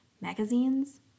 magazines